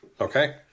Okay